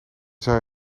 zei